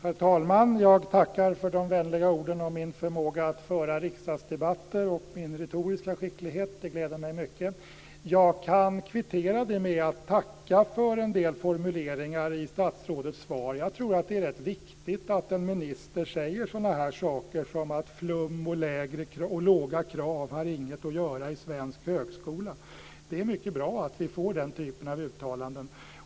Herr talman! Jag tackar för de vänliga orden om min förmåga att föra riksdagsdebatter och min retoriska skicklighet. Det gläder mig mycket. Jag kan kvittera med att tacka för en del formuleringar i statsrådets svar. Det är viktigt att en minister säger att flum och låga krav har inget att göra i en svensk högskola. Det är bra att vi får den typen av uttalanden.